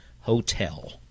hotel